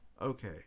okay